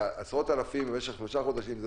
זה עשרות אלפים במשך שלושה חודשים.